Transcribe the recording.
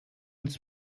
uns